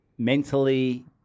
Mentally